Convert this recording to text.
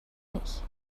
nicht